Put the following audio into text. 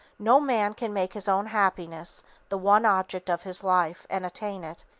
no man can make his own happiness the one object of his life and attain it,